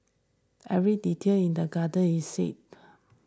every detail in the garden is said